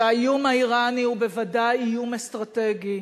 שהאיום האירני הוא בוודאי איום אסטרטגי,